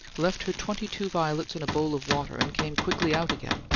left her twenty-two violets in a bowl of water, and came quickly out again,